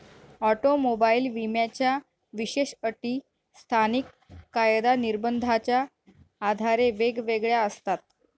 automobile विम्याच्या विशेष अटी स्थानिक कायदा निर्बंधाच्या आधारे वेगवेगळ्या असतात